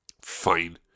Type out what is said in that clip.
Fine